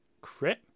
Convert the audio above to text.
crit